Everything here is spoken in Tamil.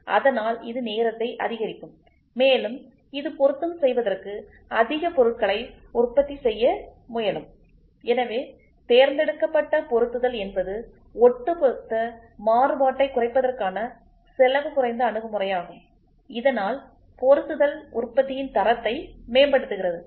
அதனால்இது நேரத்தை அதிகரிக்கும் மேலும் இது பொருத்தம் செய்வதற்கு அதிக பொருட்களை உற்பத்தி செய்ய முயலும் எனவே தேர்ந்தெடுக்கப்பட்ட பொருத்துதல் என்பது ஒட்டுமொத்த மாறுபாட்டைக் குறைப்பதற்கான செலவு குறைந்த அணுகுமுறையாகும் இதனால் பொருத்துதல் உற்பத்தியின் தரத்தை மேம்படுத்துகிறது